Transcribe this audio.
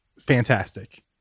fantastic